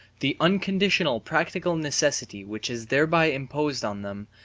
the unconditional practical necessity which is thereby imposed on them,